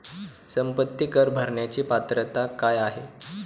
संपत्ती कर भरण्याची पात्रता काय आहे?